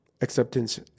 acceptance